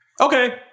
Okay